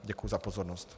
Děkuji za pozornost.